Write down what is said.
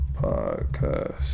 podcast